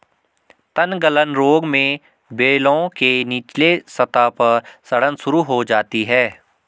तनगलन रोग में बेलों के निचले सतह पर सड़न शुरू हो जाती है